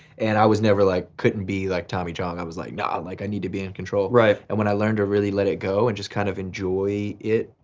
and i was never, like couldn't be like tommy chong. i was like no, like i need to be in control. right. but and when i learned to really let it go and just kind of enjoy it,